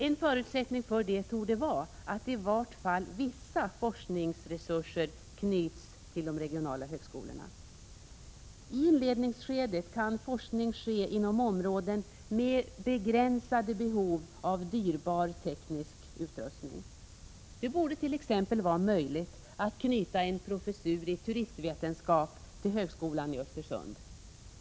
En förutsättning för det torde vara att i varje fall vissa forskningsresurser knyts till de regionala högskolorna. I inledningsskedet kan forskning ske inom områden med begränsade behov av dyrbar teknisk utrustning. Det borde t.ex. vara möjligt att knyta en professur i turistvetenskap till högskolan i Östersund.